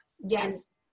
Yes